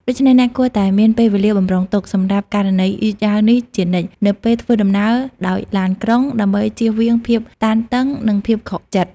ដូច្នេះ អ្នកគួរតែមាន ពេលវេលាបម្រុងទុក សម្រាប់ករណីយឺតយ៉ាវនេះជានិច្ច នៅពេលធ្វើដំណើរដោយឡានក្រុង ដើម្បីជៀសវាងភាពតានតឹង និងភាពខកចិត្ត។